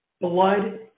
Blood